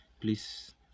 please